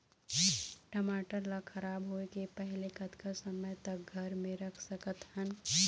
टमाटर ला खराब होय के पहले कतका समय तक घर मे रख सकत हन?